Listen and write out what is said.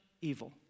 evil